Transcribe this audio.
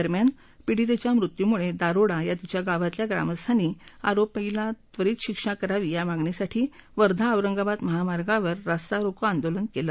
दरम्यान पिडीतेच्या मृत्यूमुळे दारोडा या तिच्या गावातल्या ग्रामस्थांनी आरोपीला त्वरीत शिक्षा करावी या मागणीसाठी वर्धा औरंगाबाद महामार्गावर रास्ता रोको आंदोलनही केलं